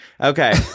Okay